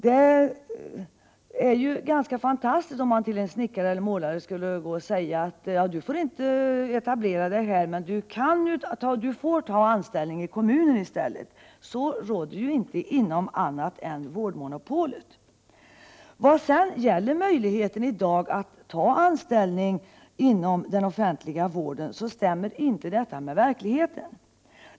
Det skulle ju vara ganska fantastiskt om man skulle säga till en snickare eller en målare att han inte får etablera sig på en ort men i stället kan få ta anställning inom kommunen. Sådana villkor råder ju inte annat än inom ramen för vårt vårdmonopol. Vad sedan gäller möjligheterna i dag att få anställning inom den offentliga vården stämmer beskrivningen inte med verkligheten.